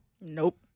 Nope